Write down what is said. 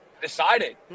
decided